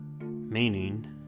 Meaning